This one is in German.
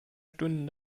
stunden